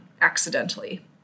accidentally